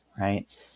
right